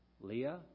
Leah